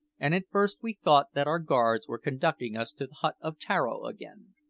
and at first we thought that our guards were conducting us to the hut of tararo again.